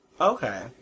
Okay